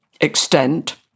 extent